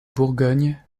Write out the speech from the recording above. bourgogne